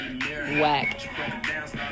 whack